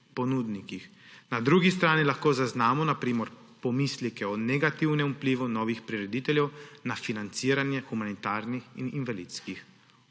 ponudnikih. Na drugi strani lahko zaznamo na primer pomisleke o negativnem vplivu novih prirediteljev na financiranje humanitarnih in invalidskih